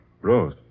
Rose